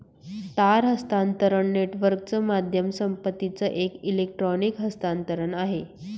तार हस्तांतरण नेटवर्कच माध्यम संपत्तीचं एक इलेक्ट्रॉनिक हस्तांतरण आहे